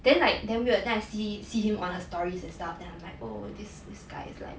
then like damn weird I see see him on her stories and stuff then I'm like oh this this guy it's like